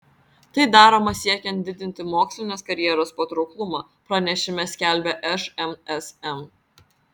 tai daroma siekiant didinti mokslinės karjeros patrauklumą pranešime skelbia šmsm